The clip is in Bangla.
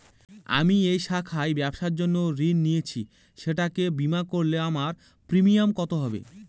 আমি এই শাখায় ব্যবসার জন্য ঋণ নিয়েছি সেটাকে বিমা করলে আমার প্রিমিয়াম কত হবে?